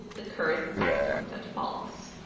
the cur is excellent at faults.